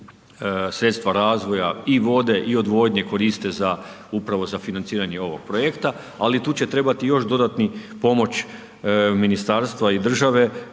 sredstva razvoja i vode i odvodnje koriste za upravo za financiranje ovog projekta, ali tu će trebati još dodatni pomoć ministarstva i države